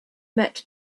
met